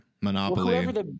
Monopoly